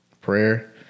prayer